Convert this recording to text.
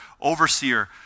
overseer